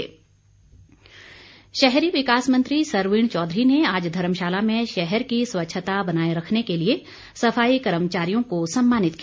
सम्मान शहरी विकास मंत्री सरवीण चौधरी ने आज धर्मशाला में शहर की स्वच्छता बनाए रखने के लिए सफाई कर्मचारियों को सम्मानित किया